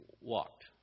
walked